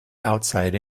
outside